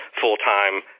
full-time